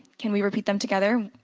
can we repeat them together?